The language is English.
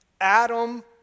Adam